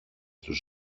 τους